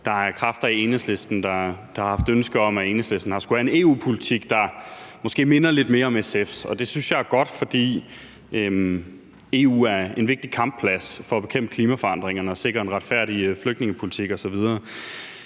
der er kræfter i Enhedslisten, der har haft ønske om, at Enhedslisten har skullet have en EU-politik, der måske minder lidt mere om SF's. Det synes jeg er godt, for EU er en vigtig kampplads for at bekæmpe klimaforandringerne og sikre en retfærdig flygtningepolitik osv.